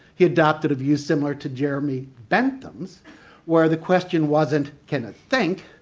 he adopted a view similar to jeremy bentham's where the question wasn't can it think?